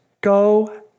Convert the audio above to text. go